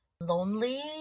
lonely